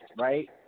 right